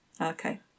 Okay